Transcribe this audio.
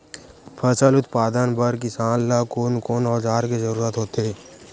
फसल उत्पादन बर किसान ला कोन कोन औजार के जरूरत होथे?